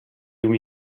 llum